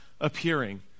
appearing